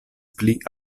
pli